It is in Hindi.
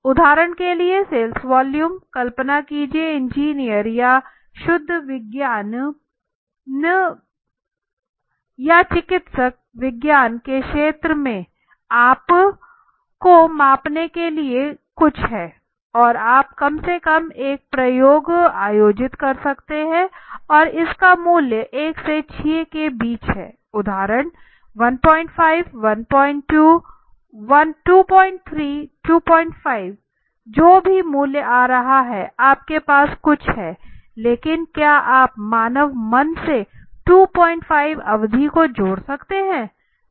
उदाहरण के लिए सेल्स वॉल्यूम कल्पना कीजिये इंजीनियर या शुद्ध विज्ञान या चिकित्सा विज्ञान के क्षेत्र में आप को मापने के लिए कुछ हैं आप कम से कम एक प्रयोग आयोजित कर सकते है और इसका मूल्य 1 6 के बीच हैं उदाहरण 15 12 23 25 जो भी मूल्य आ रहा है आपके पास कुछ है लेकिन क्या आप मानव मन से 25 विधि को जोड़ सकते हैं